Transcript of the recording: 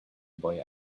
boy